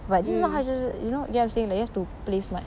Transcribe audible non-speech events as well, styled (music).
but you know (noise) you get what I'm saying like you have to play smart